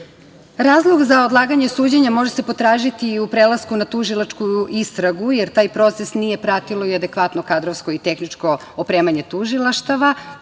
računa. Razlog za odlaganje suđenja može se potražiti i u prelasku na tužilačku istragu, jer taj proces nije pratilo i adekvatno kadrovsko i tehničko opremanje tužilaštava.